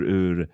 ur